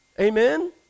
Amen